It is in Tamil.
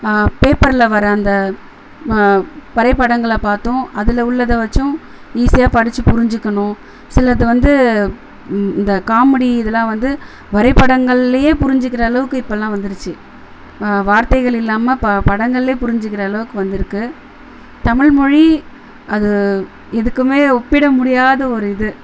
பேப்பர்ல வர அந்த வரைப்படங்களை பார்த்தும் அதில் உள்ளதை வச்சும் ஈஸியாக படித்து புரிஞ்சிக்கணும் சிலது வந்து இந்த காமெடி இதெல்லாம் வந்து வரைபடங்கள்லேயே புரிஞ்சிக்கிற அளவுக்கு இப்போல்லாம் வந்துடுச்சு வார்த்தைகள் இல்லாமல் ப படங்கள்லே புரிஞ்சிக்கிற அளவுக்கு வந்திருக்கு தமிழ்மொழி அது எதுக்குமே ஒப்பிட முடியாத ஒரு இது